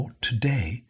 today